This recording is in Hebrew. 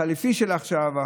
החליפי של עכשיו,